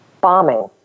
bombing